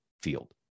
field